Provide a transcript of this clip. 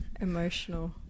Emotional